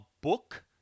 book